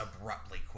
abruptly